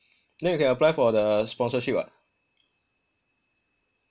then you can apply for the sponsorship [what]